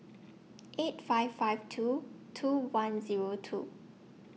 eight five five two two one Zero two